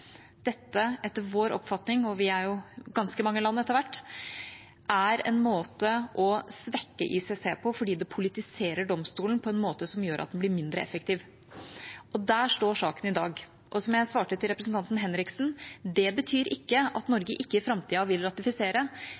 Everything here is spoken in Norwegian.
dette etter vår oppfatning – og vi er jo ganske mange land etter hvert – er en måte å svekke ICC på fordi det politiserer domstolen på en måte som gjør at den blir mindre effektiv. Der står saken i dag. Som jeg svarte til representanten Henriksen: Det betyr ikke at Norge ikke i framtida vil ratifisere.